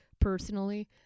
personally